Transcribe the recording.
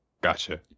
Gotcha